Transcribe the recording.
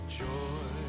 joy